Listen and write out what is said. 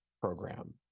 program